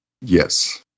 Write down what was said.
Yes